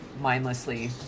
mindlessly